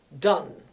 done